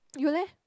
you leh